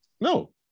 No